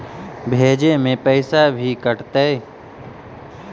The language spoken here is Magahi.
भेजे में पैसा भी कटतै?